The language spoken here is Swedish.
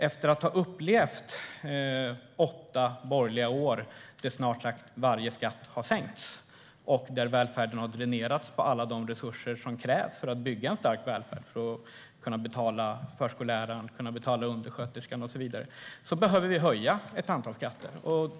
Efter att ha upplevt åtta borgerliga år där snart sagt varje skatt har sänkts och där välfärden har dränerats på alla de resurser som krävs för att bygga en stark välfärd, för att kunna betala förskolläraren, kunna betala undersköterskan och så vidare, behöver vi höja ett antal skatter.